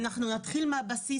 ואנחנו נתחיל מהבסיס,